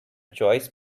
choice